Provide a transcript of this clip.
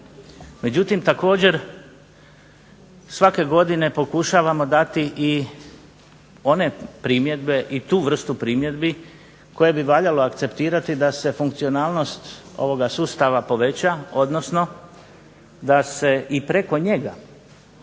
Međutim također svake godine pokušavamo dati i one primjedbe i tu vrstu primjedbi koje bi valjalo akceptirati da se funkcionalnost ovoga sustava poveća, odnosno da se i preko njega,